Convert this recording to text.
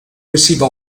received